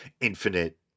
infinite